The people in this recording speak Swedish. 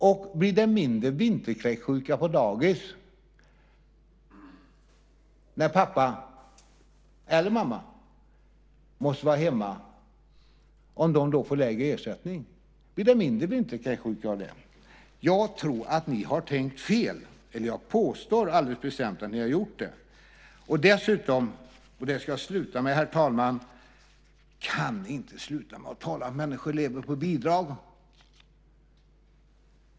Och blir det mindre vinterkräksjuka på dagis om pappa eller mamma måste vara hemma och får lägre ersättning? Jag tror att ni har tänkt fel, eller jag påstår alldeles bestämt att ni har gjort det. Dessutom, och det ska jag avsluta med, herr talman: Kan ni inte sluta att tala om att människor lever på bidrag?